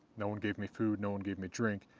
no one gave me food, no one gave me drink.